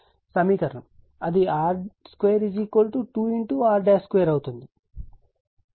సమీకరణం అది r2 2 r 2 అవుతుంది కాబట్టి r 2 r 2 2 అవుతుంది